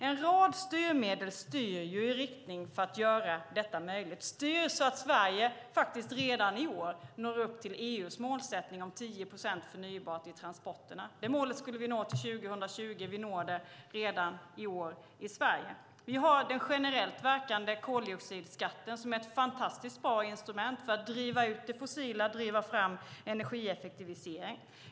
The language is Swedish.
En rad styrmedel manövrerar ju i riktning mot att göra detta möjligt, styr så att Sverige faktiskt redan i år når upp till EU:s målsättning om 10 procent förnybart i transporterna. Det målet skulle vi nå till 2020. Vi når det redan i år i Sverige. Vi har den generellt verkande koldioxidskatten som är ett fantastiskt bra instrument för att driva ut det fossila och driva fram energieffektivisering.